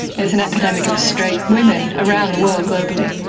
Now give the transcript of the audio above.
it's an epidemic of straight women around the world globally.